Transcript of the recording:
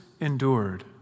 endured